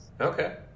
Okay